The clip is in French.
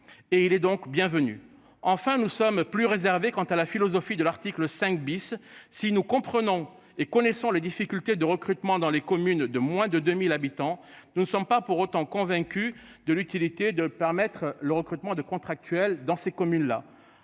et il est donc bienvenue. Enfin, nous sommes plus réservés quant à la philosophie de l'article 5 bis. Si nous comprenons et connaissant les difficultés de recrutement dans les communes de moins de 2000 habitants, nous ne sommes pas pour autant convaincu de l'utilité de permettre le recrutement de contractuels dans ces communes-là.